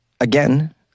again